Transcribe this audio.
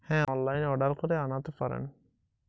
বিভিন্ন উন্নতমানের সার আমি কি মোবাইল দ্বারা আনাতে পারি?